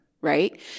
right